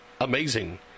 amazing